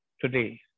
today